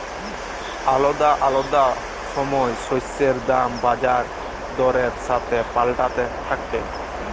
আলাদা আলাদা সময় শস্যের দাম বাজার দরের সাথে পাল্টাতে থাক্যে